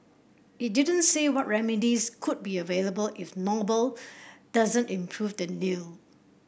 it didn't say what remedies could be available if Noble doesn't improve the deal